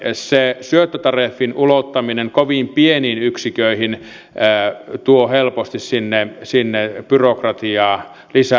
se syöttötariffin ulottaminen kovin pieniin yksiköihin tuo helposti sinne byrokratiaa lisää